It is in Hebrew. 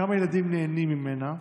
כמה ילדים נהנים ממנה?